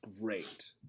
great